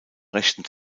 rechten